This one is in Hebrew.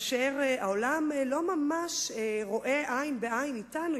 והעולם לא ממש רואה עין בעין אתנו,